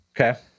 Okay